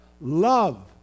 love